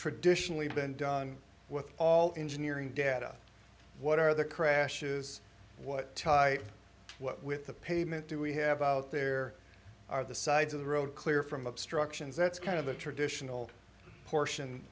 traditionally been done with all engineering data what are the crashes what what with the pavement do we have out there are the sides of the road clear from obstructions that's kind of the traditional portion